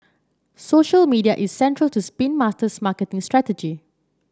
social media is central to Spin Master's marketing strategy